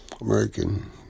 American